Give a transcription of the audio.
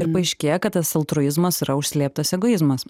ir paaiškėja kad tas altruizmas yra užslėptas egoizmas